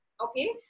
okay